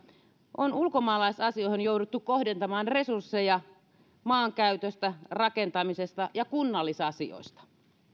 on ulkomaalaisasioihin jouduttu kohdentamaan resursseja maankäytöstä rakentamisesta ja kunnallisasioista